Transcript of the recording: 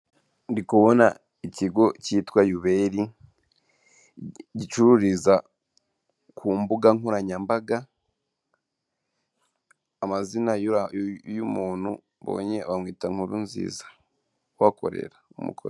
Ndi kubona ikigo cyitwa yuberi, gicururiza ku mbuga nkoranyambaga, amazina y'umuntu mbonye bamwita Nkurunziza ubakorera.